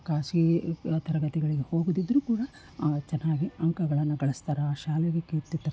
ಖಾಸಗಿ ತರಗತಿಗಳಿಗೆ ಹೋಗದಿದ್ದರೂ ಕೂಡ ಚೆನ್ನಾಗಿ ಅಂಕಗಳನ್ನು ಗಳಿಸ್ತಾರೆ ಆ ಶಾಲೆಗೆ ಕೀರ್ತಿ ತರ್ತಾರೆ